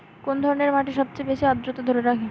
কোন ধরনের মাটি সবচেয়ে বেশি আর্দ্রতা ধরে রাখতে পারে?